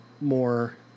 more